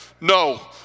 No